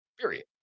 period